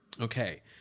Okay